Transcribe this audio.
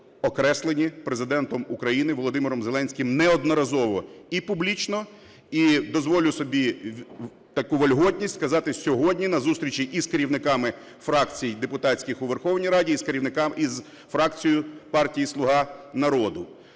окреслені Президентом України Володимиром Зеленським неодноразово і публічно і, дозволю собі таку вольготність сказати, сьогодні на зустрічі і з керівниками фракцій депутатських у Верховній Раді, і з фракцією партії "Слуга народу".